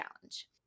challenge